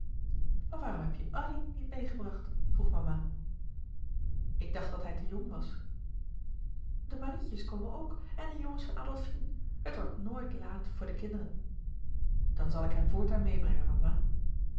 waarom heb je addy niet meêgebracht vroeg mama louis couperus de boeken der kleine zielen ik dacht dat hij te jong was de marietjes komen ook en de jongens van adolfine het wordt nooit laat voor de kinderen dan zal ik hem voortaan meêbrengen mama